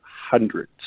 hundreds